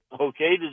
Okay